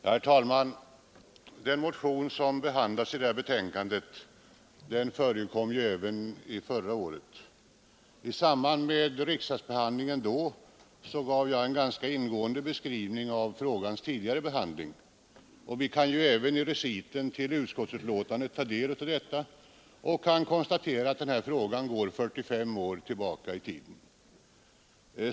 Herr talman! Den motion som behandlas i detta betänkande förekom även föregående år. I samband med riksdagsbehandlingen då gav jag en ganska ingående beskrivning av frågans tidigare behandling. Vi kan även i reciten till utskottsbetänkandet nu ta del av denna och konstatera, att frågan går 45 år tillbaka i tiden.